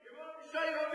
כמו אבישי רביב.